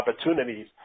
opportunities